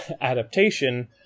adaptation